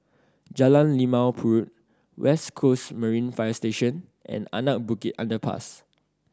Jalan Limau Purut West Coast Marine Fire Station and Anak Bukit Underpass